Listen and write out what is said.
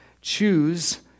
choose